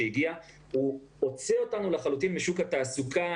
הוא הוציא אותנו לחלוטין משוק התעסוקה.